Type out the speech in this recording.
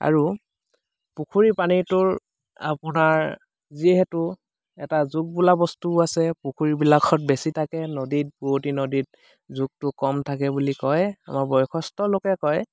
আৰু পুখুৰী পানীটোৰ আপোনাৰ যিহেতু এটা জোক বোলা বস্তু আছে পুখুৰীবিলাকত বেছি থাকে নদীত বোৱতী নদীত জোকটো কম থাকে বুলি কয় আমাৰ বয়সস্থ লোকে কয়